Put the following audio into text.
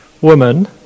woman